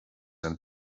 and